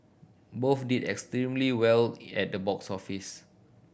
both did extremely well at the box office